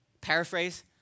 Paraphrase